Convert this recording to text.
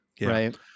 Right